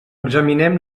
examinem